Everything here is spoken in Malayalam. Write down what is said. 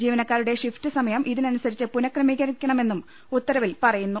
ജീവനക്കാരുടെ ഷിഫ്റ്റ് സമയം ഇതിനനുസരിച്ച് പുനക്രമീകരിക്കണമെന്നും ഉത്തരവിൽ പറയുന്നു